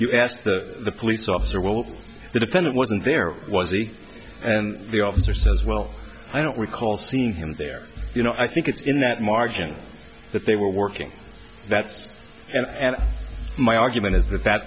you asked the police officer well the defendant wasn't there was he and the officer says well i don't recall seeing him there you know i think it's in that margin that they were working that's and my argument is that that